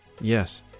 Yes